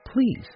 please